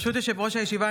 ברשות יושב-ראש הישיבה,